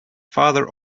father